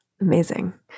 Amazing